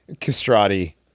Castrati